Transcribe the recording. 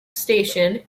station